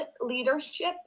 leadership